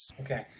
okay